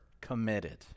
committed